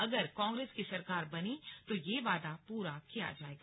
अगर कांग्रेस की सरकार बनी तो यह वादा पूरा किया जाएगा